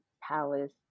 palace